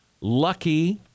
lucky